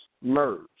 merge